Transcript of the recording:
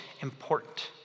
important